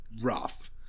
rough